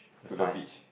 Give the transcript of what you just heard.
to the beach